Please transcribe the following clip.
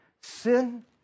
Sin